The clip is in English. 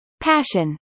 Passion